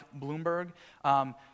Bloomberg